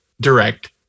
direct